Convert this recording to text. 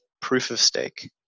proof-of-stake